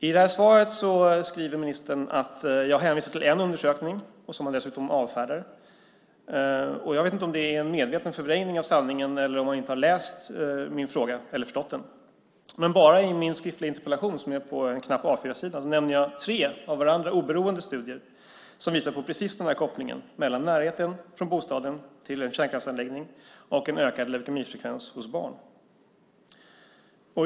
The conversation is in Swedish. I svaret skriver ministern att jag hänvisar till en undersökning, som han dessutom avfärdar. Jag vet inte om det är en medveten förvrängning av sanningen eller om han inte har läst eller förstått min fråga, men bara i min skriftliga interpellation, som är på en knapp A 4-sida, nämner jag tre av varandra oberoende studier som visar på precis den här kopplingen mellan närheten från bostaden till kärnkraftsanläggningen och en ökad leukemifrekvens hos barn.